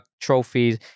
trophies